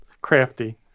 crafty